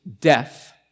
death